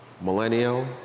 millennial